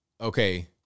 Okay